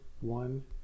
one